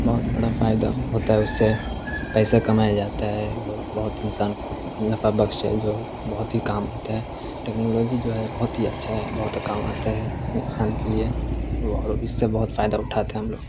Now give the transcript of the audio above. بہت بڑا فائدہ ہوتا ہے اس سے پیسے کمایا جاتا ہے اور بہت انسان کو نفع بخش ہے جو بہت ہی کام ہوتے ہیں ٹیکنالوجی جو ہے بہت ہی اچھا ہے بہت کام آتا ہے انسان کے لیے وہ اور اس سے بہت فائدہ اٹھاتے ہیں ہم لوگ